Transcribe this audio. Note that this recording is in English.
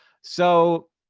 so,